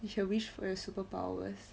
if you wish for your superpowers